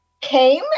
came